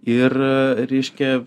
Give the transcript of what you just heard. ir reiškia